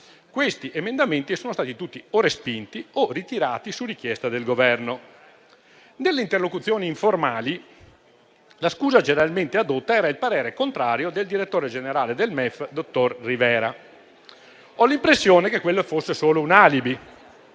Questi emendamenti sono stati tutti o respinti o ritirati su richiesta del Governo. Nelle interlocuzioni informali, la scusa generalmente addotta era il parere contrario del direttore generale del MEF, dottor Rivera. Ho l'impressione che quello fosse solo un alibi.